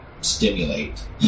stimulate